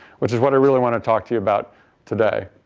which is what i really want to talk to you about today.